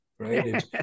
right